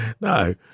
no